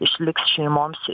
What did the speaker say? išliks šeimoms